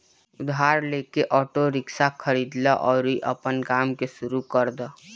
उधार लेके auto rickshaw खरीद लअ अउरी आपन काम के शुरू कर दअ